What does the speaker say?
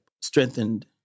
strengthened